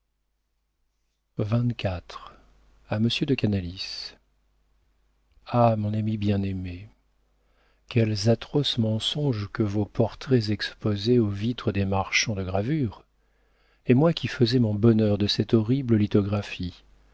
a monsieur de canalis ah mon ami bien-aimé quels atroces mensonges que vos portraits exposés aux vitres des marchands de gravures et moi qui faisais mon bonheur de cette horrible